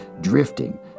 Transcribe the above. drifting